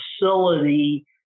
facility